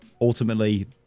ultimately